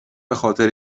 بخاطر